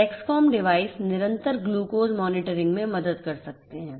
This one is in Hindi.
डेक्सकॉम डिवाइस निरंतर ग्लूकोज मॉनिटरिंग में मदद कर सकते हैं